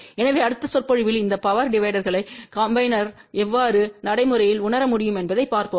எனவே அடுத்த சொற்பொழிவில் இந்த பவர் டிவைடர்களை காம்பிநேர்கள் எவ்வாறு நடைமுறையில் உணர முடியும் என்பதைப் பார்ப்போம்